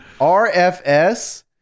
RFS